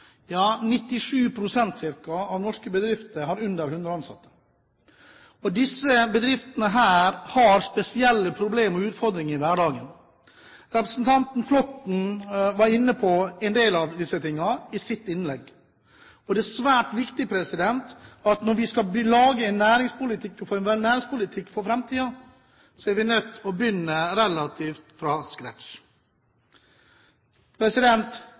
Ja, ca. 97 pst. av norske bedrifter har under 100 ansatte. Disse bedriftene har spesielle problemer og utfordringer i hverdagen. Representanten Flåtten var inne på en del av disse tingene i sitt innlegg, og det er svært viktig at vi, når vi skal lage en næringspolitikk og få en næringspolitikk for framtiden, begynner relativt fra scratch. Det er viktig at skolevesenet er med, for å